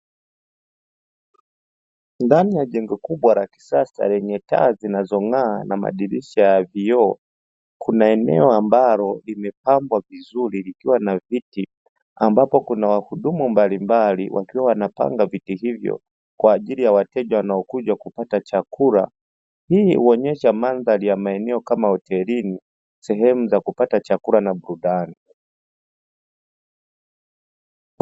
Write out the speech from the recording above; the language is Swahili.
Ndani ya jengo kubwa la kisasa lenye taa zinazong'aa na madirisha ya vioo kuna eneo ambalo limepambwa vizuri likiwa na viti ambapo kuna wahudumu mbalimbali, wakiwa wanapanga viti hivyo kwa ajili ya wateja wanaokuja kupata chakula hii huonyesha mandhari ya maeneo kama hotelini sehemu za kupata chakula na burudani.